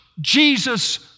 Jesus